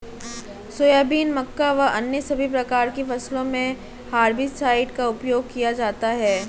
soybean, मक्का व अन्य सभी प्रकार की फसलों मे हेर्बिसाइड का उपयोग किया जाता हैं